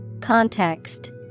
Context